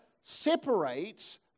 separates